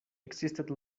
existed